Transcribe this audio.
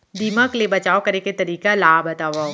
दीमक ले बचाव करे के तरीका ला बतावव?